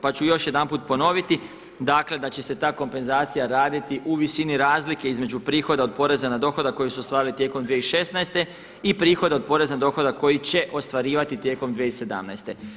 Pa ću još jedanput ponoviti, dakle da će se ta kompenzacija raditi u visini razlike između prihoda od poreza na dohodak koji se ostvaruje tijekom 2016. i prihoda od poreza na dohodak koji će ostvarivati tijekom 2017.